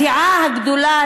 הסיעה הגדולה,